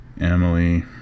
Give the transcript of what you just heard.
Emily